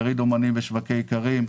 יריד אומנים ושווקי איכרים,